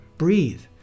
breathe